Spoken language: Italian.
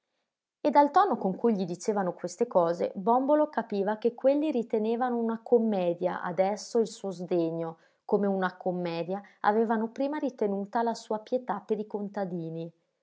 e dal tono con cui gli dicevano queste cose bòmbolo capiva che quelli ritenevano una commedia adesso il suo sdegno come una commedia avevano prima ritenuta la sua pietà per i contadini